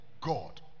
God